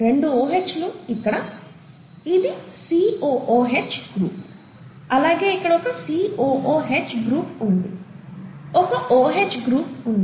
రెండు OH లు ఇక్కడ ఇది COOH గ్రూప్ అలాగే ఇక్కడ ఒక COOH గ్రూప్ ఉంది ఒక OH గ్రూప్ ఉంది